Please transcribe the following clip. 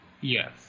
Yes